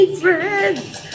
friends